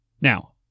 Now